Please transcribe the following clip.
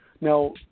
Now